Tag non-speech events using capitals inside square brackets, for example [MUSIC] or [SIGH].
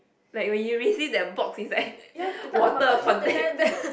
like when you receive that box is like water content [LAUGHS]